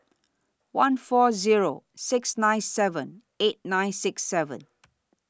one four Zero six nine seven eight nine six seven